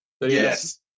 Yes